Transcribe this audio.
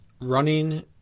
Running